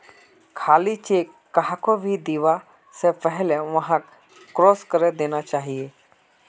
खाली चेक कहाको भी दीबा स पहले वहाक क्रॉस करे देना चाहिए